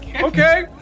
Okay